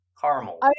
caramel